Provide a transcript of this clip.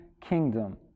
kingdom